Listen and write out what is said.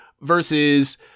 versus